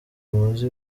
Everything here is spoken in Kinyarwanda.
muzi